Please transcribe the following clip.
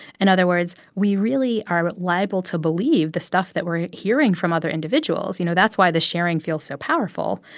and other words, we really are liable to believe the stuff that we're hearing from other individuals. you know, that's why the sharing feels so powerful.